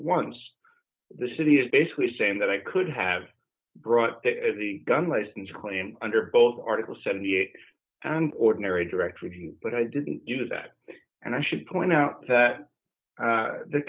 once the city is basically saying that i could have brought the gun license claim under both article seventy eight and ordinary directory but i didn't do that and i should point out that